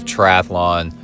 Triathlon